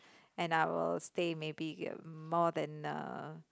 and I will stay maybe uh more than uh